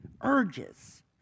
urges